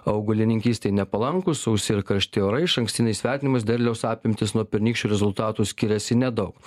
augalininkystei nepalankūs sausi ir karšti orai išankstiniais vertinimais derliaus apimtys nuo pernykščių rezultatų skiriasi nedaug